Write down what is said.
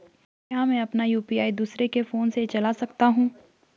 क्या मैं अपना यु.पी.आई दूसरे के फोन से चला सकता हूँ?